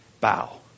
bow